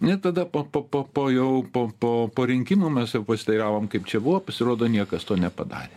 net tada po po po po jau po po po rinkimų mes jau pasiteiravom kaip čia buvo pasirodo niekas to nepadarė